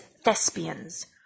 thespians